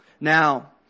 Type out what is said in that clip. Now